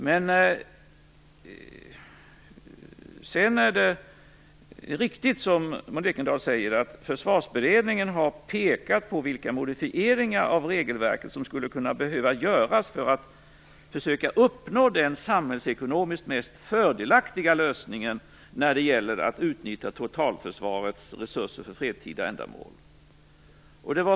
Det är riktigt som Maud Ekendahl säger, att Försvarsberedningen har pekat på vilka modifieringar av regelverket som skulle kunna behöva göras för att försöka uppnå den samhällsekonomiskt mest fördelaktiga lösningen när det gäller att utnyttja totalförsvarets resurser för fredstida ändamål.